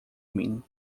mim